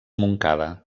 montcada